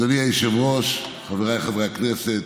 אדוני היושב-ראש, חבריי חברי הכנסת,